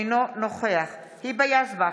אינו נוכח היבה יזבק,